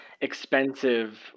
expensive